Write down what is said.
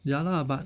ya lah but